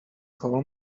call